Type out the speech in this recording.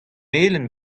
melen